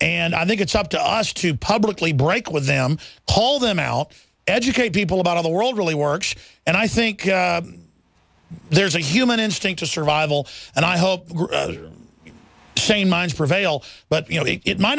and i think it's up to us to publicly break with them call them out educate people about in the world really works and i think there's a human instinct for survival and i hope the same minds prevail but you know it might